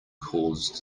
cause